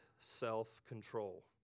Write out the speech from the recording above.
self-control